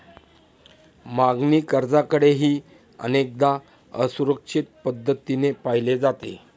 मागणी कर्जाकडेही अनेकदा असुरक्षित पद्धतीने पाहिले जाते